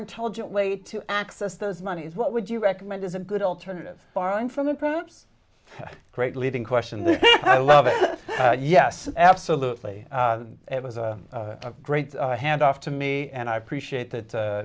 intelligent way to access those monies what would you recommend is a good alternative borrowing from the president great leading questions i love it yes absolutely it was a great handoff to me and i appreciate that